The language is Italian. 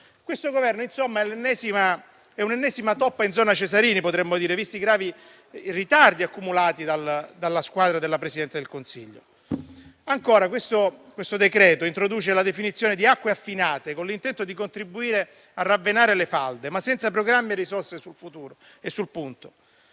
Insomma, è un'ennesima toppa in zona Cesarini, per così dire, visti i gravi ritardi accumulati dalla squadra della Presidente del Consiglio. Ancora, questo decreto-legge introduce la definizione di «acque affinate» con l'intento di contribuire a ravvenare le falde, ma senza programmi e risorse per il futuro sul punto.